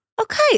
Okay